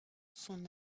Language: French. son